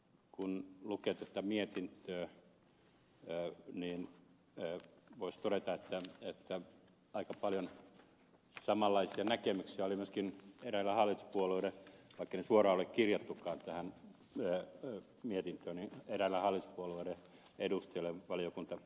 kun lukee tätä mietintöä niin voisi todeta että aika paljon samanlaisia näkemyksiä oli myöskin vaikkei niitä suoraan ole kirjattukaan tähän mietintöön eräillä hallituspuolueiden edustajilla valiokuntakäsittelyssä